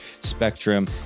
spectrum